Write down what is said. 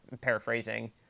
paraphrasing